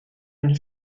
une